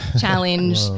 challenge